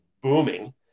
booming